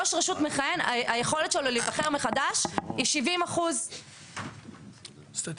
ראש רשות מכהן היכולת שלו להיבחר מחדש היא 70%. סטטיסטית.